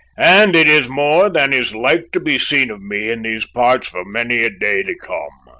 and it is more than is like to be seen of me in these parts for many a day to come,